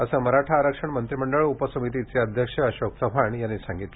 असं मराठा आरक्षण मंत्रिमंडळ उपसमितीचे अध्यक्ष अशोक चव्हाण यांनी सांगितलं